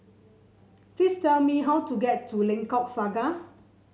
please tell me how to get to Lengkok Saga